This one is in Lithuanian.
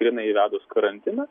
grynai įvedus karantiną